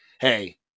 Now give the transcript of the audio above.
hey